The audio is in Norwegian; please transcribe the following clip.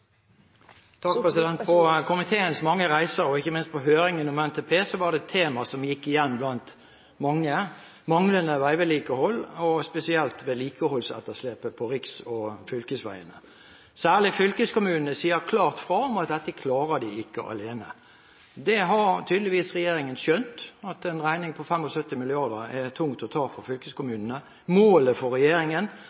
På komiteens mange reiser, ikke minst på høringen om NTP, var det ett tema som gikk igjen blant mange: manglende veivedlikehold, spesielt vedlikeholdsetterslepet på riks- og fylkesveiene. Særlig fylkeskommunene sier klart ifra om at dette klarer de ikke alene. Regjeringen har tydeligvis skjønt at en regning på 75 mrd. kr er tung å ta for